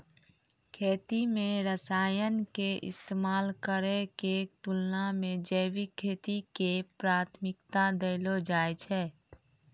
खेती मे रसायन के इस्तेमाल करै के तुलना मे जैविक खेती के प्राथमिकता देलो जाय छै